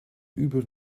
uber